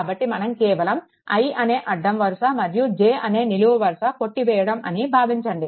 కాబట్టి మనం కేవలం i అనే అడ్డం వరుస మరియు j అనే నిలువు వరుస కొట్టివేయడం అని భావించండి